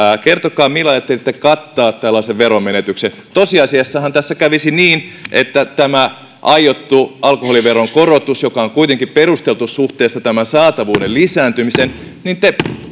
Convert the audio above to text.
kertokaa millä ajattelitte kattaa tällaisen veronmenetyksen tosiasiassahan tässä kävisi niin että tämän aiotun alkoholiveron korotuksen joka on kuitenkin perusteltu suhteessa saatavuuden lisääntymiseen te